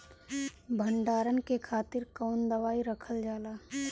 भंडारन के खातीर कौन दवाई रखल जाला?